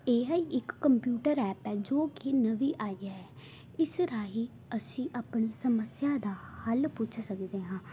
ਏ ਹਈ ਇੱਕ computer app ਹੈ ਜੋ ਕਿ ਨਵੀਂ ਆਈ ਹੈ ਇਸ ਰਾਹੀਂ ਅਸੀਂ ਆਪਣੀ ਸਮੱਸਿਆ ਦਾ ਹੱਲ ਪੁੱਛ ਸਕਦੇ ਹਾਂ